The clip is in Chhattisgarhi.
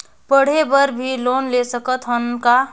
पढ़े बर भी लोन ले सकत हन का?